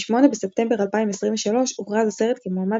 ב-8 בספטמבר 2023 הוכרז הסרט כמועמד